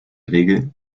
regel